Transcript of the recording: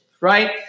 Right